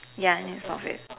ya next topic